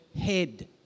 head